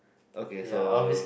okay so